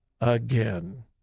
again